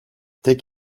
tek